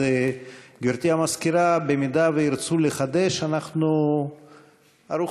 אז, גברתי המזכירה, אם ירצו לחדש, אנחנו ערוכים.